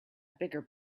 bigger